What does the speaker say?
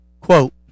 Quote